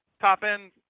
top-end